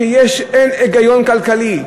שאין היגיון כלכלי,